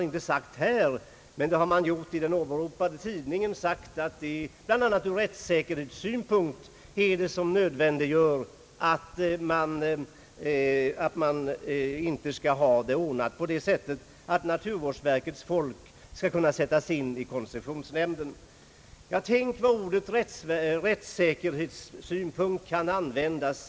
Vidare har man i den åberopade tidningen anfört att det bl.a. ur rättssäkerhetssynpunkt är nödvändigt att man inte har det så ordnat att naturvårdsverkets folk kan sitta med i koncessionsnämnden. Tänk vad ordet rättssäkerhetssynpunkt kan användas!